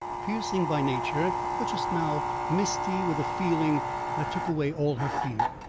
piercing by nature but just now misty with a feeling that took away all her fear.